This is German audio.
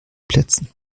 plätzen